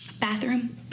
Bathroom